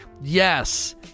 yes